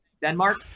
Denmark